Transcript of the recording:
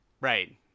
Right